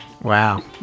Wow